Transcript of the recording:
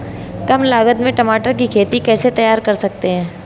कम लागत में टमाटर की खेती कैसे तैयार कर सकते हैं?